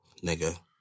nigga